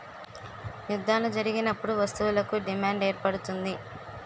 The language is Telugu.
యుద్ధాలు జరిగినప్పుడు వస్తువులకు డిమాండ్ ఏర్పడుతుంది